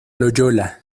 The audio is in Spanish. loyola